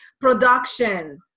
production